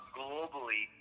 globally